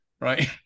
right